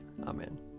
Amen